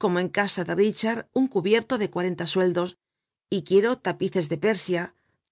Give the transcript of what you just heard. como en casa de richard un cubierto de cuarenta sueldos y quiero tapices de persia